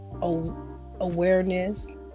Awareness